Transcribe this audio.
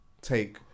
Take